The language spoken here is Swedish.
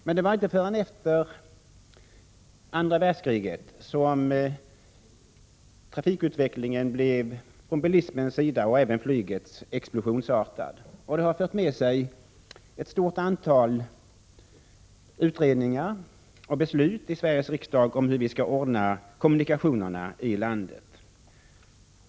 Men det var inte förrän efter andra världskriget som trafikutvecklingen vad gällde bilismen, och även flyget, blev explosionsartad. Det har fört med sig ett stort antal utredningar och beslut i Sveriges riksdag om hur vi skall ordna kommunikationerna i landet.